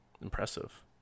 Impressive